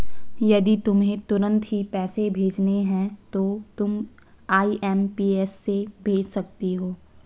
यदि तुम्हें तुरंत ही पैसे भेजने हैं तो तुम आई.एम.पी.एस से भेज सकती हो